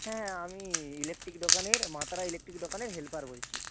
হ্যাঁ আমি ইলেকট্রিক দোকানের মা তারা ইলেকট্রিক দোকানের হেল্পার বলছি